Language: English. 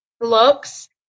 looks